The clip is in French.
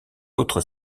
autre